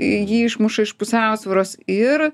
jį išmuša iš pusiausvyros ir